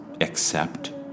accept